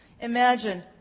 Imagine